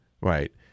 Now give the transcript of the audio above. Right